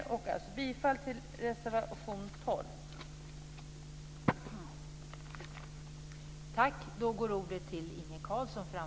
Jag yrkar alltså bifall till reservation 12.